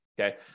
Okay